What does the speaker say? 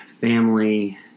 family